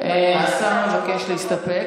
השר מבקש להסתפק.